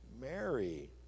Mary